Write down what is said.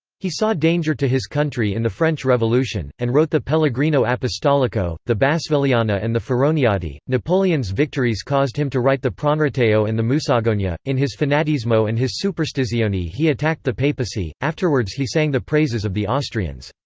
he saw danger to his country in the french revolution, and wrote the pellegrino apostolico, the bassvilliana and the feroniade napoleon's victories caused him to write the pronreteo and the musagonia in his fanatismo and his superstizione he attacked the papacy afterwards he sang the praises of the austrians.